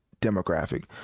demographic